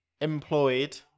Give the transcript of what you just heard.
employed